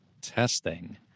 testing